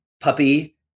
puppy